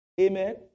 Amen